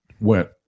went